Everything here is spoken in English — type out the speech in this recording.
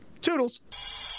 Toodles